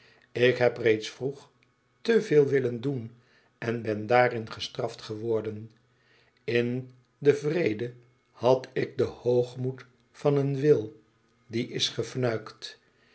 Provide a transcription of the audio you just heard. ik heb reeds vroeg te veel willen doen en ben daarin gestraft geworden in den vrede had ik den hoogmoed van een wil die is gefnuikt